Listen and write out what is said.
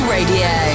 Radio